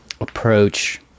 approach